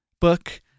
book